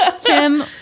Tim